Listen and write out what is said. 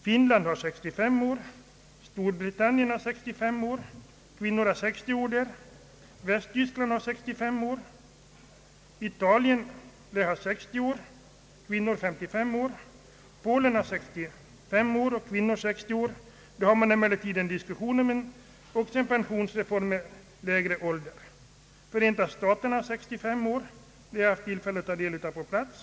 Finland har 65 år, Storbritannien har 65 år — kvinnor har där 60 år som pensionsålder — Västtyskland har 65 år, Italien har 60 år — kvinnor har där 55 år som pensionsålder — och Polen har 65 år — kvinnor har 60 år som pensionsålder; där förs emellertid en diskussion om en pensionsreform om lägre pensionsålder — Förenta staterna har 65 år — vi har haft tillfälle att ta del av detta på plats.